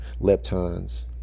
leptons